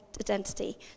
identity